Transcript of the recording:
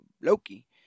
Loki